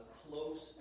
close